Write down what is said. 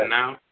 Now